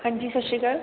ਹਾਂਜੀ ਸਤਿ ਸ਼੍ਰੀ ਅਕਾਲ